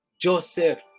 Joseph